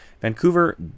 Vancouver